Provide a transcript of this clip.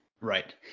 Right